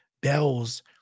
bells